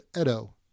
Edo